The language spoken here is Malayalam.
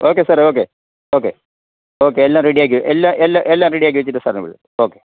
ഓക്കെ സാറെ ഓക്കെ ഓക്കെ ഓക്കെ എല്ലാം റെഡിയാക്കി എല്ലാം എല്ലാം എല്ലാം റെഡിയാക്കി വച്ചിട്ട് സാറിനെ വിളിക്കാം ഓക്കെ